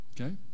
Okay